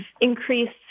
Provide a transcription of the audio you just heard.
increased